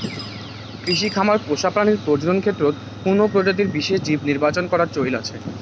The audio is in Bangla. কৃষি খামার পোষা প্রাণীর প্রজনন ক্ষেত্রত কুনো প্রজাতির বিশেষ জীব নির্বাচন করার চৈল আছে